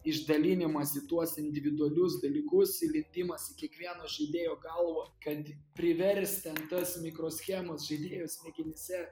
išdalinimas į tuos individualius dalykus įlipimas į kiekvieno žaidėjo galvą kad priverst ten tas mikroschemas žaidėjo smegenyse